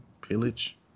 pillage